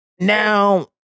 now